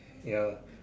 ya